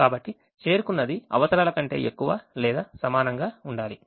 కాబట్టి చేరుకున్నది అవసరాల కంటే ఎక్కువ లేదా సమానంగా ఉండాలి